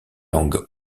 langues